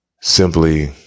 simply